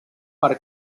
per